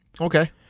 Okay